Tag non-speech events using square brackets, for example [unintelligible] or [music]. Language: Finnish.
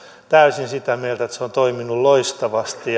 täysin sitä mieltä että se on toiminut loistavasti [unintelligible]